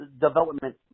development